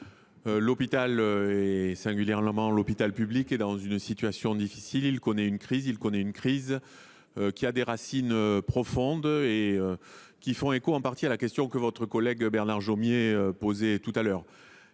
l’hôpital public, est dans une situation difficile. Il connaît une crise dont les racines sont profondes et qui fait écho, en partie, à la question de votre collègue Bernard Jomier voilà quelques